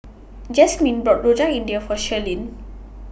Jasmin bought Rojak India For Shirlene